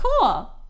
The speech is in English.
Cool